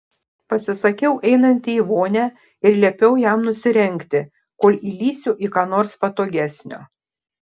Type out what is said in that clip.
pasisakiau einanti į vonią ir liepiau jam nusirengti kol įlįsiu į ką nors patogesnio